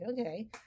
Okay